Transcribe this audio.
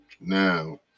now